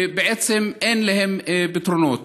ובעצם אין להם פתרונות.